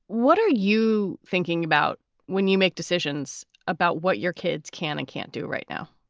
what are you thinking about when you make decisions about what your kids can and can't do right now?